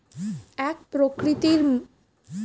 এক প্রকৃতির motor cultivator দিয়ে মাটি হুদা আর তোলা হয়